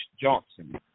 Johnson